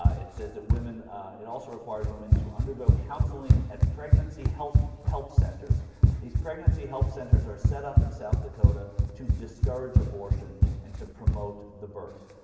ah it says that women it also requires women to undergo counseling at pregnancy health help centers these pregnancy help centers are set up in south dakota to discourage abortion and to promote the birth